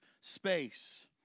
space